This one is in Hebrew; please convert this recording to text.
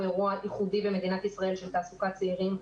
אירוע ייחודי במדינת ישראל של בעיה בתעסוקת צעירים,